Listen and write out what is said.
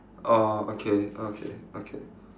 orh okay okay okay